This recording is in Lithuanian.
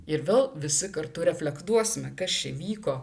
ir vėl visi kartu reflektuosime kas čia vyko